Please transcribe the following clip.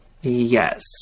Yes